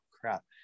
crap